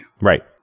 Right